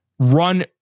run